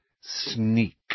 SNEAK